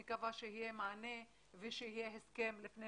אני מקווה שיהיה מענה ושיהיה הסכם לפני